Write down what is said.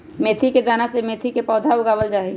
मेथी के दाना से मेथी के पौधा उगावल जाहई